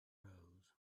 rose